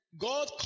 God